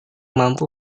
mampu